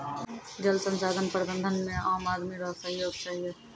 जल संसाधन प्रबंधन मे आम आदमी रो सहयोग चहियो